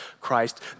Christ